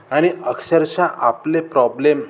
आणि अक्षरशः आपले प्रॉब्लेम